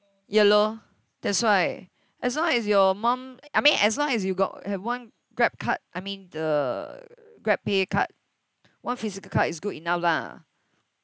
ya lor that's why as long as your mum I mean as long as you got have one Grab card I mean the GrabPay card one physical card is good enough lah